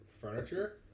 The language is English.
furniture